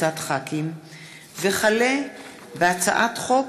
וכלה בהצעת חוק